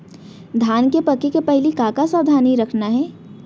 धान के पके के पहिली का का सावधानी रखना हे?